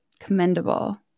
Commendable